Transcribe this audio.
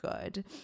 good